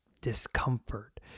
discomfort